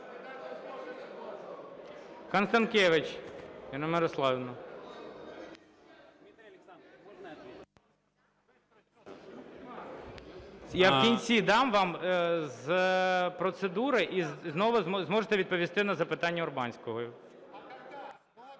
Констанкевич Ірина Мирославівна. Я в кінці дам вам з процедури, і знову ви зможете відповісти на запитання Урбанського.